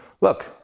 look